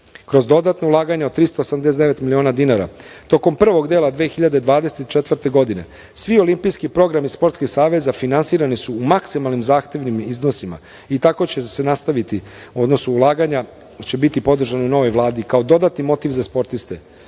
Kroz dodatna ulaganja od 389 miliona dinara, tokom prvog dela 2024. godine, svi olimpijski programi sportskih saveza finansirani su u maksimalnim zahtevnim iznosima i tako će se nastaviti i ulaganja će biti podržana novoj Vladi kao dodatni motiv za sportiste. Mi